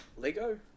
Lego